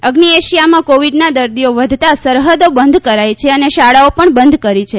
અઝ્ની એશિયામાં કોવીડના દર્દીઓ વધતાં સરહદો બંધ કરાઇ છે અને શાળાઓ પણ બંધ કરી છે